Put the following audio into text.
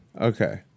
okay